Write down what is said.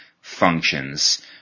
functions